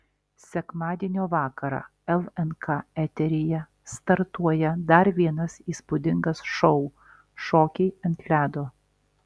sekmadienio vakarą lnk eteryje startuoja dar vienas įspūdingas šou šokiai ant ledo